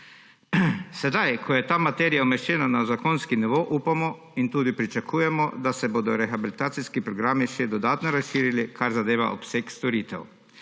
Sedaj ko je ta materija umeščena na zakonski nivo, upamo in tudi pričakujemo, da se bodo rehabilitacijski programi še dodatno razširili, kar zadeva obseg storitev.